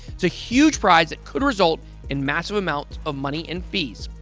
it's a huge prize that could result in massive amounts of money and fees.